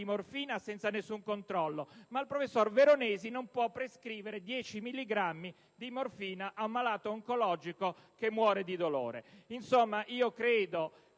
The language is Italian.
di morfina senza alcun controllo, ma il professor Veronesi non può prescrivere dieci milligrammi di morfina a un malato oncologico che muore di dolore.